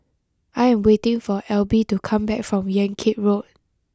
I am waiting for Elby to come back from Yan Kit Road